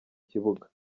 kibuga